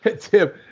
Tim